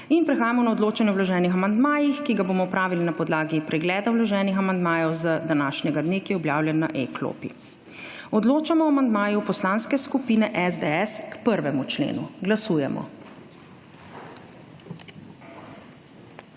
Prehajamo na odločanje o vloženih amandmajih, ki ga bomo opravili na podlagi pregleda vloženih amandmajev z današnjega dne, ki je objavljen na e-klopi. Odločamo o amandmaju Poslanske skupine SDS k 1. členu. Glasujemo.